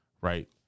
right